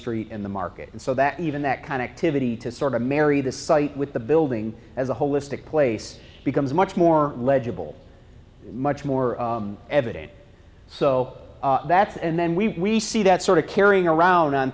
a tree in the market and so that even that kind of activity to sort of marry the site with the building as a holistic place becomes much more legible much more evident so that's and then we see that sort of carrying around on